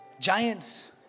Giants